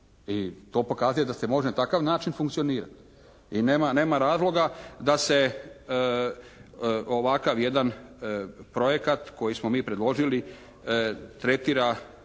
I to pokazuje da se na takav način može funkcionirati. I nema razloga da se ovakav jedan projekat koji smo mi predložili tretira